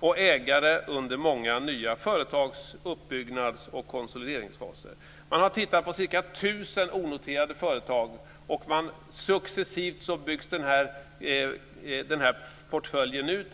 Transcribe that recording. och ägare under många nya företags uppbyggnads och konsolideringsfaser. Man har tittat på ca 1 000 onoterade företag. Successivt byggs portföljen ut.